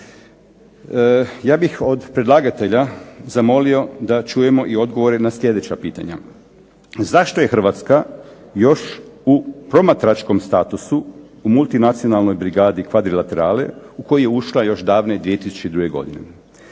ja bih od predlagatelja zamolio da čujemo i odgovore na sljedeća pitanja. Zašto je Hrvatska još u promatračkom statusu u multinacionalnoj brigadi kvadrilaterale u koji je ušla još davne 2002. godine?